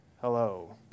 hello